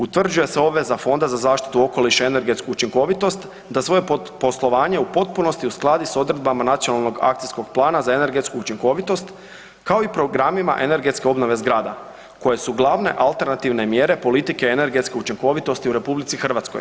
Utvrđuje se obveza Fonda za zaštitu okoliša i energetsku učinkovitost da svoje poslovanje u potpunosti uskladi s odredbama Nacionalnog akcijskog plana za energetsku učinkovitost kao i programima energetske obnove zgrada koje su glavne alternativne mjere politike energetske učinkovitosti u RH.